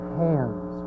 hands